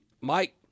Mike